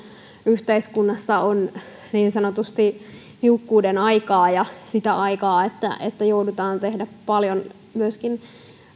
yhteiskunnassa on niin sanotusti niukkuuden aikaa ja sitä aikaa että että joudutaan tekemään myöskin paljon